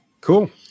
Cool